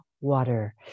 water